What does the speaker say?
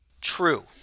True